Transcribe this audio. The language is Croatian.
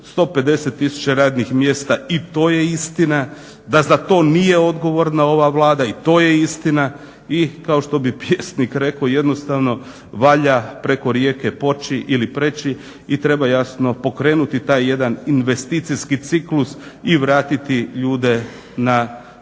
150000 radnih mjesta i to je istina, da za to nije odgovorna ova Vlada i to je istina. I kao što bi pjesnik rekao jednostavno valja preko rijeke poći ili prijeći i treba jasno pokrenuti taj jedan investicijski ciklus i vratiti ljude na stara